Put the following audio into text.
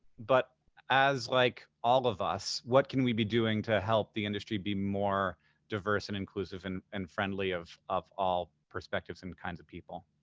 but as, like all of us, what can we be doing to help the industry be more diverse and inclusive and and friendly of of all perspectives and kinds of people?